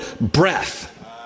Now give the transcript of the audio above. breath